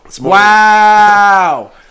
Wow